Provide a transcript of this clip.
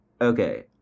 Okay